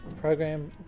program